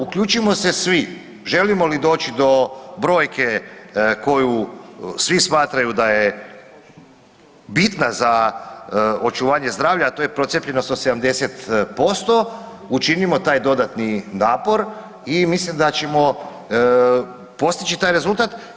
Uključimo se svi želimo li doći do brojke koju svi smatraju da je bitna za očuvanje zdravlja a to je procijepljenost od 70%, učinimo taj dodatni napor i mislim da ćemo postići taj rezultat.